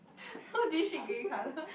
how do you shit grey colour